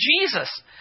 Jesus